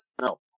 No